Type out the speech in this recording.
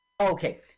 Okay